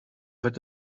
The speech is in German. wird